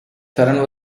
taran